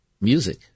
music